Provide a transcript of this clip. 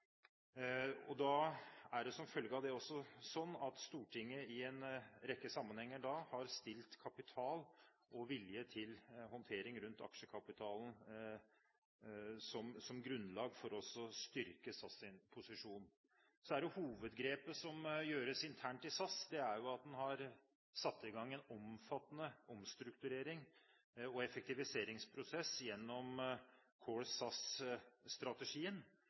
Som følge av det har Stortinget i en rekke sammenhenger stilt med kapital og vilje til håndtering av aksjekapitalen, som grunnlag for å styrke SAS’ posisjon. Så til hovedgrepet som gjøres internt i SAS: En har satt i gang en omfattende omstrukturering og effektiviseringsprosess gjennom